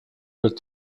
with